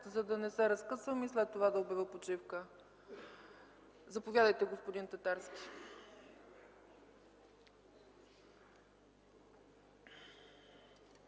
за да не се разкъсваме и след това да обявя почивка? Заповядайте, господин Татарски.